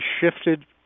shifted